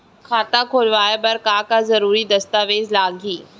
खाता खोलवाय बर का का जरूरी दस्तावेज लागही?